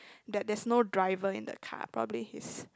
that there's no driver in the car probably his